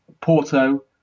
Porto